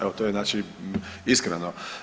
Evo to je znači iskreno.